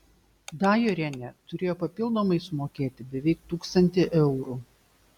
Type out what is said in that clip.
dajorienė turėjo papildomai sumokėti beveik tūkstantį eurų